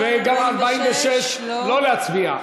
גם לא 46. וגם 46 לא להצביע.